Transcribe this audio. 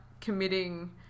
committing